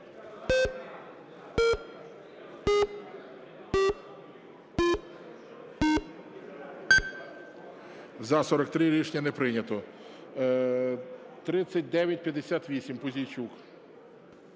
За-43 Рішення не прийнято. 3958, Пузійчук.